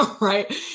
Right